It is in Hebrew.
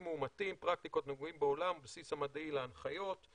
מאומתים פרקטיקות הנהוגות בעולם והבסיס המדעי להנחיות.